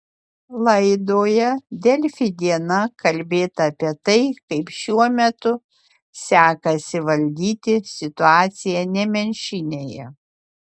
laidoje delfi diena kalbėta apie tai kaip šiuo metu sekasi valdyti situaciją nemenčinėje